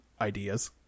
ideas